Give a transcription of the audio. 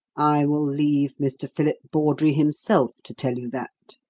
i will leave mr. philip bawdrey himself to tell you that,